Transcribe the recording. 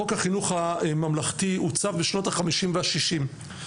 חוק החינוך הממלכתי הוצא בשנות החמישים והשישים.